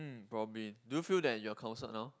mm probably do you feel that you are counselled now